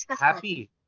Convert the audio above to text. Happy